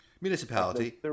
Municipality